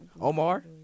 Omar